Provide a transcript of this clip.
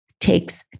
takes